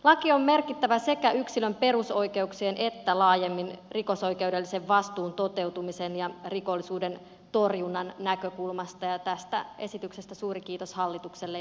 laki on merkittävä sekä yksilön perusoikeuksien että laajemmin rikosoikeudellisen vastuun toteutumisen ja rikollisuuden torjunnan näkökulmasta ja tästä esityksestä suuri kiitos hallitukselle ja ministerille